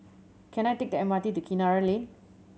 can I take the M R T to Kinara Lane